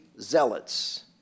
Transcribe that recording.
Zealots